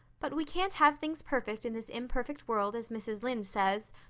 but we can't have things perfect in this imperfect world, as mrs. lynde says.